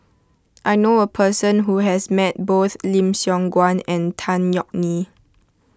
I know a person who has met both Lim Siong Guan and Tan Yeok Nee